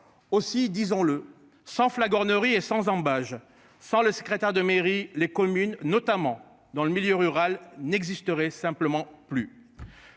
aussi, disons-le sans flagornerie et sans ambages, sans le secrétaire de mairie les communes notamment dans le milieu rural n'existerait simplement plus.